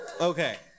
Okay